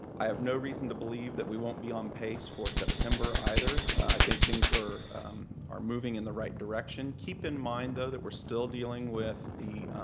i have no reason to believe that we won't be on pace for september either. i think things are are moving in the right direction. keep in mind, though, that we're still dealing with the